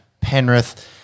Penrith